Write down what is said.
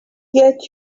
get